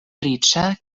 riĉa